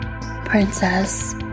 Princess